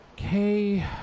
Okay